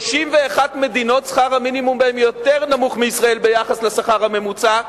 ב-31 מדינות שכר המינימום יותר נמוך מאשר בישראל ביחס לשכר הממוצע,